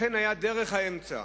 אכן היה דרך האמצע